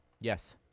Yes